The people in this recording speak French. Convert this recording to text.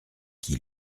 qui